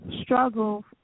struggle